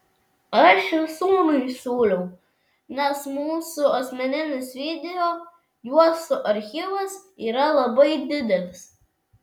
aš ir sūnui siūliau nes mūsų asmeninis video juostų archyvas yra labai didelis